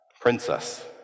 princess